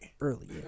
Early